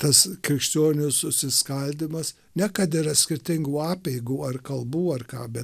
tas krikščionių susiskaldymas ne kad yra skirtingų apeigų ar kalbų ar ką bet